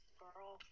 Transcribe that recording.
girl